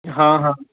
ਹਾਂ ਹਾਂ